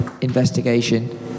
investigation